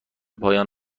پایان